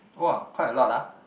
(woah) quite a lot ah